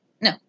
No